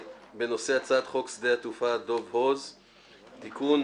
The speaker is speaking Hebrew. הנושא: הצעת חוק שדה התעופה דב הוז (הוראות מיוחדות) (תיקון),